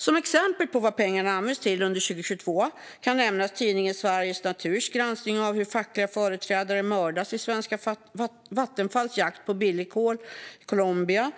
Som exempel på vad pengarna användes till under 2022 kan nämnas tidningen Sveriges Naturs granskning av hur fackliga företrädare mördas i svenska Vattenfalls jakt på billigt kol i Colombia,